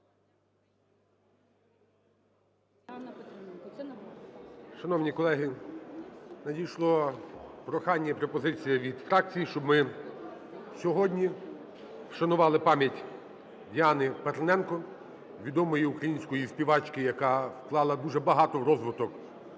Шановні колеги, надійшло прохання і пропозиція від фракцій, щоб ми сьогодні вшанували пам'ять Діани Петриненко, відомої української співачки, яка вклала дуже багато в розвиток